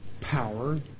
power